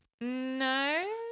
No